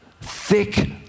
thick